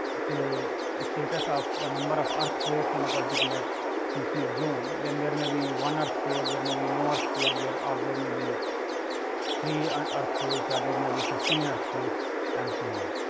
say it states of the number of earthquakes in a particular seismic zone, then there may be one earthquake, there may be no earthquake, there ah there may be three earthquakes or there may be fifteen earthquakes and so on.